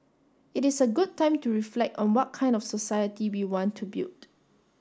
it is a good time to reflect on what kind of society we want to build